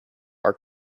are